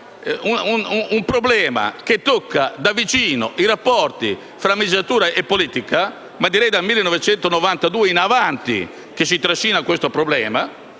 un problema che tocca da vicino i rapporti tra magistratura e politica (direi che è dal 1992 in avanti che si trascina questo problema